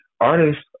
artists